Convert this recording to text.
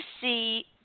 see –